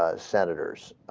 ah senators